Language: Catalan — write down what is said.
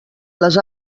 les